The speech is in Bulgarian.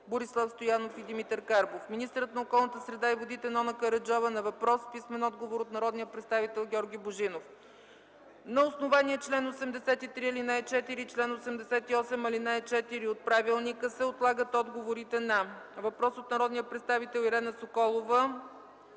Борислав Стоянов и Димитър Карбов; - министърът околната среда и водите Нона Караджова на въпрос с писмен отговор от народния представител Георги Божинов. На основание чл. 83, ал. 4 и чл. 88, ал. 4 от Правилника се отлага отговорът на въпрос от народния представител Ирена Соколова